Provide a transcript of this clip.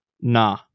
nah